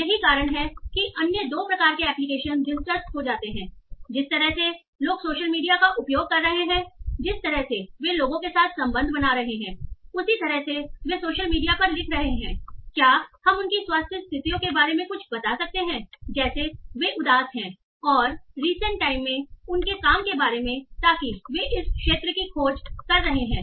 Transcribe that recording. यही कारण है कि अन्य दो प्रकार के एप्लिकेशन दिलचस्प हो जाते हैं जिस तरह से लोग सोशल मीडिया का उपयोग कर रहे हैं इसलिए जिस तरह से वे लोगों के साथ संबंध बना रहे हैं उसी तरह से वे सोशल मीडिया पर लिख रहे हैं क्या हम उनकी स्वास्थ्य स्थितियों के बारे में कुछ बता सकते हैं जैसे वे उदास हैं और रीसेंट टाइम में उनके काम के बारे में ताकि वे इस क्षेत्र की खोज कर रहे हैं